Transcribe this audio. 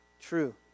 true